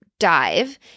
dive